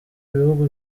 ibihugu